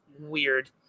weird